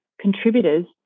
contributors